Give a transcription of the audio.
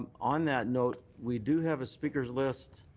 um on that note, we do have a speaker's list.